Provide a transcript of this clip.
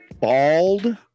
bald